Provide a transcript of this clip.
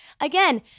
Again